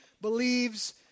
believes